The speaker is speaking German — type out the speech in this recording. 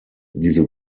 diese